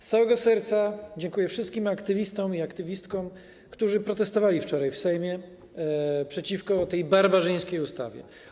Z całego serca dziękuję wszystkim aktywistom i aktywistkom, którzy protestowali wczoraj w Sejmie przeciwko tej barbarzyńskiej ustawie.